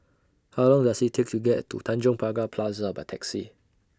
How Long Does IT Take to get to Tanjong Pagar Plaza By Taxi